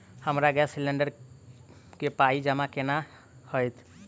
हमरा gas cylinder केँ पाई जमा केना हएत?